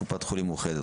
קופת חולים מאוחדת,